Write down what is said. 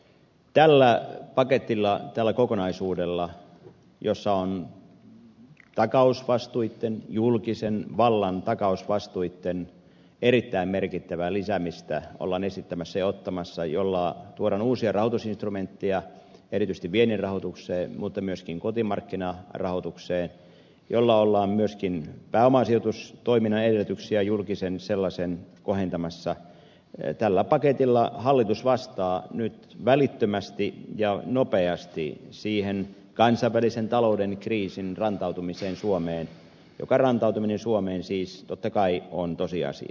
tällä paketilla tällä kokonaisuudella jossa julkisen vallan takausvastuitten erittäin merkittävää lisäämistä ollaan esittämässä jolla tuodaan uusia rahoitusinstrumentteja erityisesti viennin rahoitukseen mutta myöskin kotimarkkinarahoitukseen jolla ollaan myöskin julkisen pääomasijoitustoiminnan edellytyksiä kohentamassa hallitus vastaa nyt välittömästi ja nopeasti siihen kansainvälisen talouden kriisin rantautumiseen suomeen joka rantautuminen suomeen siis totta kai on tosiasia